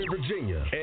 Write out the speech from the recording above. Virginia